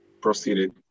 proceeded